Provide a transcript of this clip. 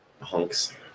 Hunks